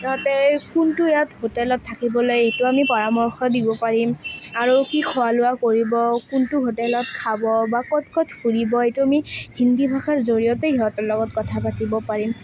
সিহঁতে কোনটো ইয়াত হোটেলত থাকিবলে সেইটো আমি পৰামৰ্শ দিব পাৰিম আৰু কি খোৱা লোৱা কৰিব কোনটো হোটেলত খাব বা ক'ত ক'ত ফুৰিব সেইটো আমি হিন্দী ভাষাৰ জৰিয়তে সিহঁতৰ লগত কথা পাতিব পাৰিম